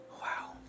Wow